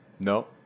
no